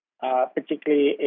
particularly